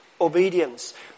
obedience